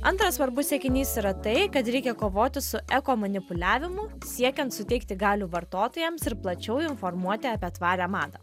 antras svarbus siekinys yra tai kad reikia kovoti su eko manipuliavimu siekiant suteikti galių vartotojams ir plačiau informuoti apie tvarią madą